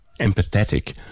empathetic